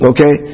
Okay